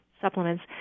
supplements